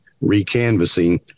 re-canvassing